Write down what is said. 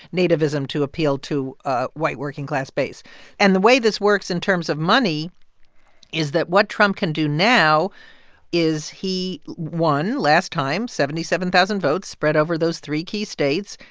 nativism to appeal to ah white working-class base and the way this works in terms of money is that what trump can do now is he won last time seventy seven thousand votes spread over those three key states.